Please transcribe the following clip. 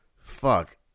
Fuck